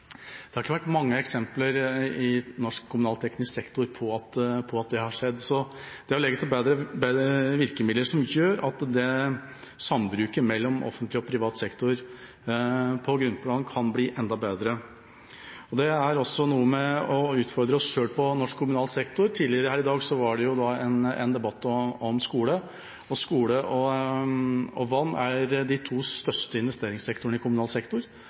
at det har skjedd, så en bør legge til bedre virkemidler som gjør at sambruket mellom offentlig og privat sektor på grunnplanet kan bli enda bedre. Det er også noe med å utfordre seg selv på norsk kommunal sektor. Tidligere her i dag var det en debatt om skole. Skole og vann er de to største investeringssektorene i kommunal sektor,